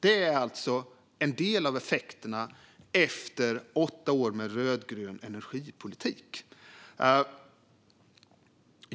Det är alltså en del av effekterna efter åtta år med rödgrön energipolitik.